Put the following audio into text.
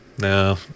No